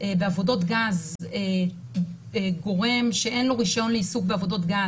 בעבודות גז גורם שאין לו רישיון לעיסוק בעבודות גז.